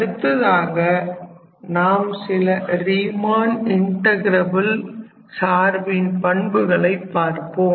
அடுத்ததாக நாம் சில ரீமன் இன்ட்டகிரபில் சார்பின் பண்புகளை பார்ப்போம்